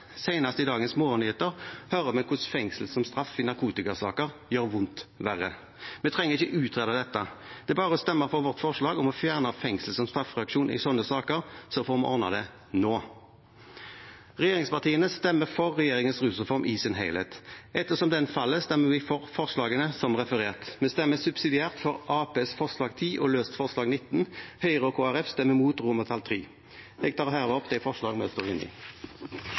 i dagens morgennyheter hørte vi hvordan fengsel som straff i narkotikasaker gjør vondt verre. Vi trenger ikke å utrede dette. Det er bare å stemme for vårt forslag om å fjerne fengsel som straffereaksjon i sånne saker, så får vi ordnet det nå. Regjeringspartiene stemmer for regjeringens rusreform i sin helhet. Ettersom den faller, stemmer vi for forslagene som jeg refererte til. Vi stemmer subsidiært for Arbeiderpartiets forslag nr. 10 og løst forslag nr. 19. Høyre og Kristelig Folkeparti stemmer mot III. Jeg tar herved opp de forslag vi står inne i.